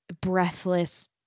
breathless